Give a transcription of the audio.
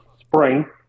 spring